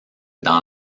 dans